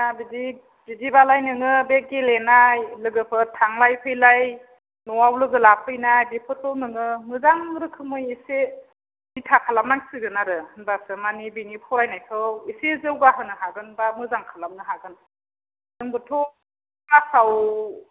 दा बिदि बिदिबालाय नोङो बे गेलेनाय लोगोफोर थांलाय फैलाय न'आव लोगो लाफैनाय बेफोरखौ नोङो मोजां रोखोमै एसे दिथा खालामनांसिगोन आरो होनबासो मानि बिनि फरायनायखौ इसे जौगाहोनो हागोन बा मोजां खालामनो हागोन जोंबोथ' क्लासाव